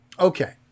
Okay